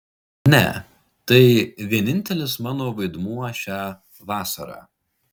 ne tai vienintelis mano vaidmuo šią vasarą